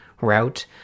route